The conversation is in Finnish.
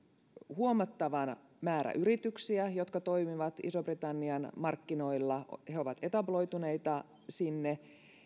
huomattava määrä yrityksiä jotka toimivat ison britannian markkinoilla he he ovat etabloituneita sinne